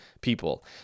people